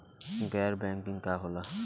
गैर बैंकिंग का होला?